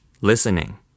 Listening